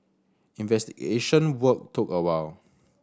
investigation work took a while